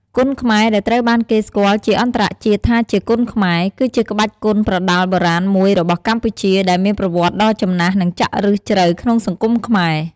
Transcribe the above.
គុនខ្មែរ ដែលត្រូវបានគេស្គាល់ជាអន្តរជាតិថាជា Kun Khmer គឺជាក្បាច់គុនប្រដាល់បុរាណមួយរបស់កម្ពុជា ដែលមានប្រវត្តិដ៏ចំណាស់និងចាក់ឫសជ្រៅក្នុងសង្គមខ្មែរ។